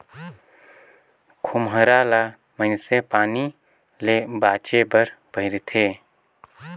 खोम्हरा ल मइनसे पानी ले बाचे बर पहिरथे